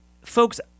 folks